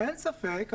אין ספק,